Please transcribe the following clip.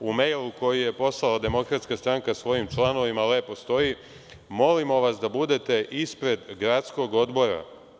U mejlu koji je poslala DS svojim članovima lepo stoji – molimo vas da budete ispred gradskog odbora.